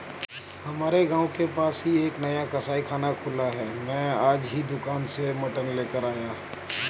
हमारे गांव के पास ही एक नया कसाईखाना खुला है मैं आज ही दुकान से मटन लेकर आया